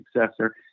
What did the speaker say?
successor